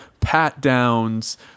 pat-downs